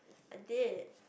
I did